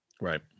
Right